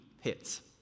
hits